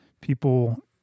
people